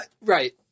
Right